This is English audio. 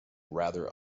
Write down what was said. rather